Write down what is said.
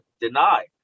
denied